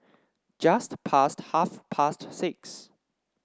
just past half past six